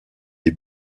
des